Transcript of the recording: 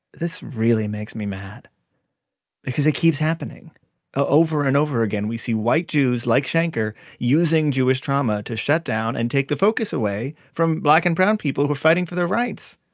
this really makes me mad because it keeps happening ah over and over again. we see white jews like shanker using jewish trauma to shut down and take the focus away from black and brown people who are fighting for their rights.